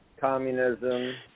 Communism